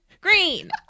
green